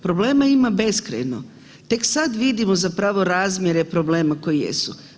Problema ima beskrajno, tek sad vidimo zapravo razmjere problema koji jesu.